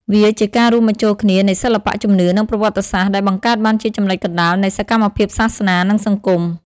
វាជាការរួមបញ្ចូលគ្នានៃ សិល្បៈ ជំនឿ និងប្រវត្តិសាស្ត្រ ដែលបង្កើតបានជាចំណុចកណ្ដាលនៃសកម្មភាពសាសនា និងសង្គម។